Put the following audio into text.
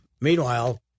meanwhile